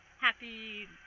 Happy